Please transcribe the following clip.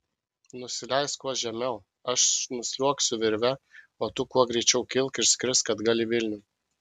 nusileisk kuo žemiau aš nusliuogsiu virve o tu kuo greičiau kilk ir skrisk atgal į vilnių